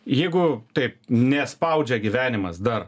jeigu taip nespaudžia gyvenimas dar